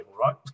right